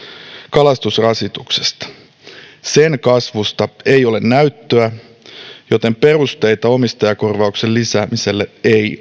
kalastusrasituksesta sen kasvusta ei ole näyttöä joten perusteita omistajakorvauksen lisäämiselle